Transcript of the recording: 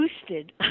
boosted